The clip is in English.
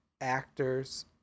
actors